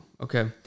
Okay